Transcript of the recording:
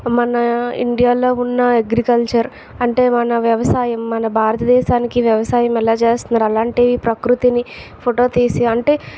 మన ఇండియాలో ఉన్న అగ్రికల్చర్ అంటే మన వ్యవసాయం మన భారతదేశానికి వ్యవసాయం ఎలా చేస్తున్నారు అలాంటి ప్రకృతిని ఫోటో తీసి అంటే